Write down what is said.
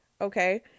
okay